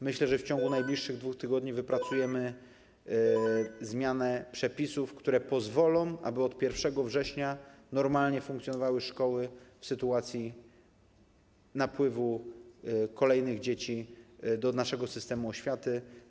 Myślę, że w ciągu najbliższych 2 tygodni wypracujemy zmianę przepisów, które pozwolą, aby od 1 września normalnie funkcjonowały szkoły w sytuacji napływu kolejnych dzieci do naszego systemu oświaty.